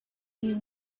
you